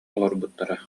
олорбуттара